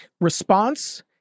response